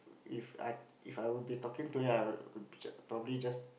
If I If I will be talking to you I'll probably just